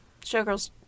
showgirls